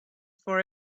for